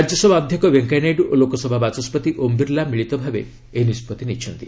ରାଜ୍ୟସଭା ଅଧ୍ୟକ୍ଷ ଭେଙ୍କିୟାନାଇଡୁ ଓ ଲୋକସଭା ବାଚସ୍କତି ଓମ୍ ବିର୍ଲା ମିଳିତ ଭାବେ ଏହି ନିଷ୍ପଭି ନେଇଛନ୍ତି